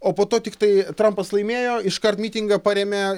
o po to tiktai trampas laimėjo iškart mitingą parėmė